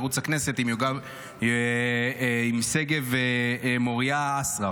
של ערוץ הכנסת, עם יובל שגב ומוריה אסרף.